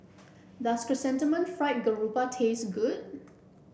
does Chrysanthemum Fried Garoupa taste good